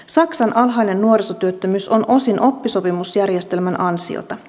saksan alhainen nuorisotyöttömyys on osin oppisopimusjärjestelmän ansiota